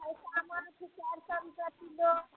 गैँचा माछ छै चारि सए रुपैए किलो